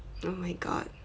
oh my god